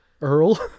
Earl